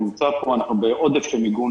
אנחנו בעודף של מיגון